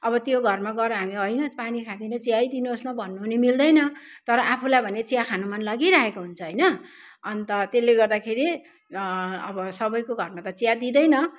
अब त्यो घरमा गएर हामी होइन पानी खाँदैनौँ चिया दिनु होस् न भन्नु पनि मिल्दैन तर आफूलाई भने चिया खानु मन लागिरहेको हुन्छ होइन अन्त त्यसले गर्दाखेरि अब सबैको घरमा त चिया दिँदैन